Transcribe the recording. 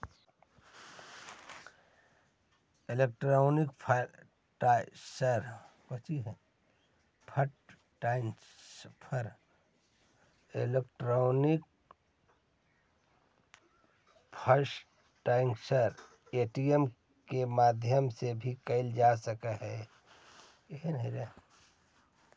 electronic fund transfer ATM के माध्यम से भी कैल जा सकऽ हइ